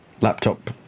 Laptop